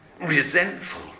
resentful